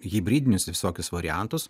hibridinius visokius variantus